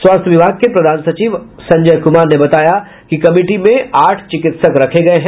स्वास्थ्य विभाग के प्रधान सचिव संजय कुमार ने बताया कि कमिटी में आठ चिकित्सक रखे गये हैं